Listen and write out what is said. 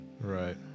Right